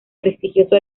prestigioso